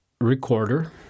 recorder